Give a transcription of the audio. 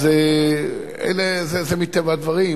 אז זה מטבע הדברים.